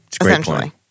Essentially